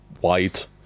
white